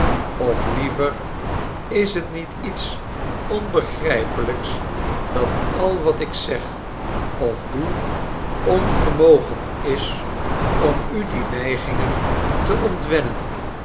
of liever is het niet iets onbegrijpelijks dat al wat ik zeg of doe onvermogend is om u die neigingen te ontwennen